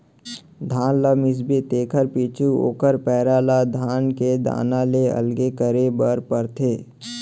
धान ल मिसबे तेकर पीछू ओकर पैरा ल धान के दाना ले अलगे करे बर परथे